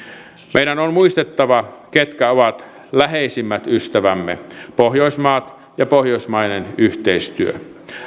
meidän on muistettava ketkä ovat läheisimmät ystävämme pohjoismaat ja pohjoismainen yhteistyö